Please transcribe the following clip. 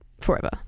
forever